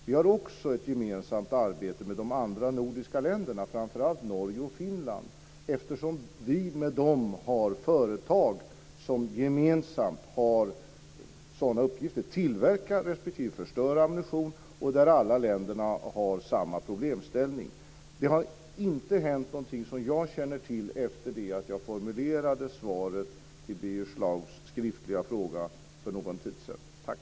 Vi har också ett arbete gemensamt med de andra nordiska länderna, framför allt Norge och Finland, eftersom vi tillsammans med dem har företag som gemensamt har sådana här uppgifter, alltså som tillverkar respektive förstör ammunition. Alla länder har samma problemställning. Det har inte hänt någonting som jag känner till efter det att jag formulerade svaret på Birger Schlaugs skriftliga fråga för någon tid sedan.